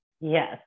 Yes